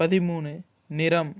பதிமூணு நிறம்